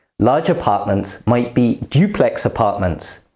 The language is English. large apartments might be duplex apartments,